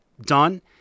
done